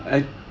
I